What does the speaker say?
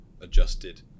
adjusted